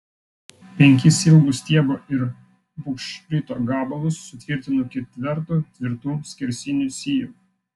penkis ilgus stiebo ir bugšprito gabalus sutvirtinu ketvertu tvirtų skersinių sijų